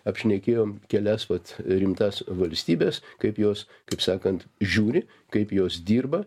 apšnekėjom kelias vat rimtas valstybes kaip jos kaip sakant žiūri kaip jos dirba